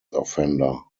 offender